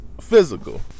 physical